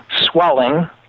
swelling